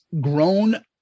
grown